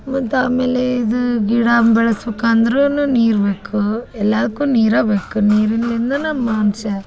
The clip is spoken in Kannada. ಮತ್ತು ಆಮೇಲೆ ಇದು ಗಿಡ ಬೆಳ್ಸ್ಬೇಕು ಅಂದ್ರೂ ನೀರು ಬೇಕು ಎಲ್ಲದಕ್ಕೂ ನೀರೇ ಬೇಕು ನೀರಿಲ್ಲಿಂದನ ಮನುಷ್ಯ